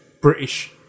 British